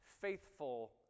faithful